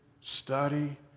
study